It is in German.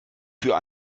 für